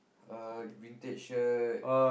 uh vintage shirt